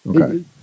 Okay